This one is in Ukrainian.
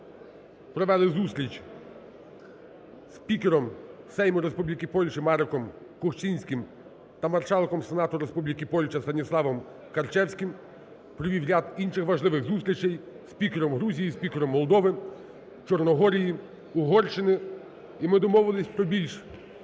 провели зустріч із спікером Сейму Республіки Польща Мареком Кухчінським та Маршалком Сенату Республіки Польща Станіславом Карчевським, провів ряд інших важливих зустрічей із спікером Грузії, спікером Молдови, Чорногорії, Угорщини. І ми домовились про більш